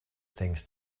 things